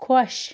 خۄش